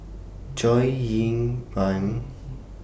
Chow Ying Peng